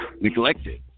neglected